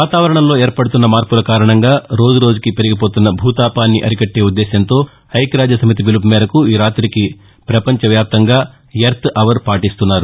వాతావరణంలో ఏర్పడుతున్న మార్పుల కారణంగా రోజురోజుకీ పెరిగిపోతున్న భూతాపాన్ని న్న అరికట్టే ఉద్దేశంతో ఐక్యరాజ్యసమితి పిలుపుమేరకు ఈ రాతికి పపంచ వ్యాప్తంగా ఎర్త్ అవర్ పాటిస్తున్నారు